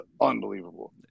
unbelievable